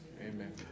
Amen